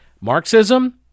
Marxism